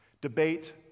Debate